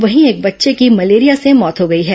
वहीं एक बच्चे की मलेरिया से मौत हो गई है